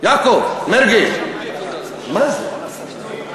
יעקב מרגי, מה זה?